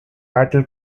battle